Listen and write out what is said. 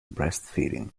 breastfeeding